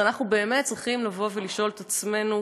אז אנחנו באמת צריכים לבוא ולשאול את עצמנו,